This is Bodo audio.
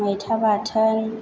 मैथा बाथोन